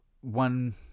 one